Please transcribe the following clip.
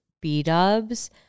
B-dubs